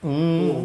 hmm